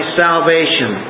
salvation